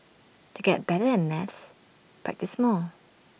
to get better at maths practise more